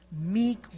meek